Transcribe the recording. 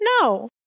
No